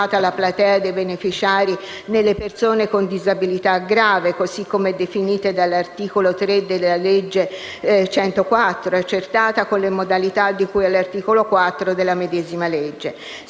meglio individuata la platea dei beneficiari nelle persone con disabilità grave, così come definite dall'articolo 3 della legge n. 104, accertata con le modalità di cui all'articolo 4 della medesima legge.